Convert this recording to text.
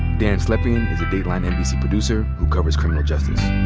dan slepian is a dateline nbc producer who covers criminal justice.